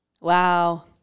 wow